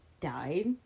died